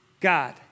God